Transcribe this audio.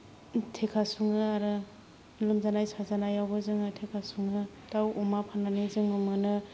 थेका सङो आरो लोमजानाय साजानायावबो जोङो थेका सङो दाउ अमा फाननानै जोङो मोनो